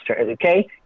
okay